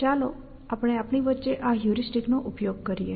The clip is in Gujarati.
ચાલો આપણે આપણી વચ્ચે આ હ્યુરિસ્ટિક નો ઉપયોગ કરીએ